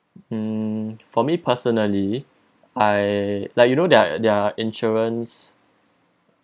hmm for me personally I like you know their their insurance